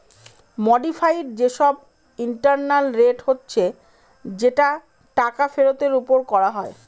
modified যে সব internal rate হচ্ছে যেটা টাকা ফেরতের ওপর করা হয়